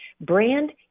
brand